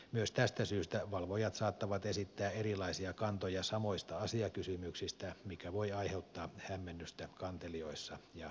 myös tästä syystä valvojat saattavat esittää erilaisia kantoja samoista asiakysymyksistä mikä voi aiheuttaa hämmennystä kantelijoissa ja mediassa